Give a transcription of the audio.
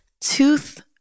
tooth